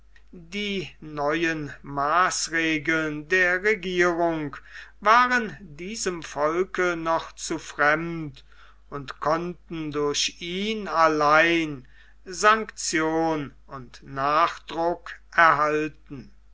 die neuen maßregeln der regierung waren diesem volke noch zu fremd und konnten durch ihn allein sanktion und nachdruck erhalten